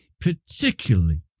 particularly